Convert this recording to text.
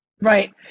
right